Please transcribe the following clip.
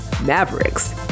Mavericks